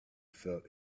felt